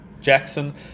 Jackson